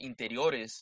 interiores